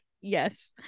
yes